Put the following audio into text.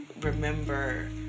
remember